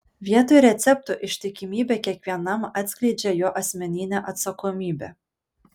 vietoj receptų ištikimybė kiekvienam atskleidžia jo asmeninę atsakomybę